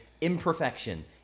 imperfection